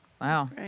Wow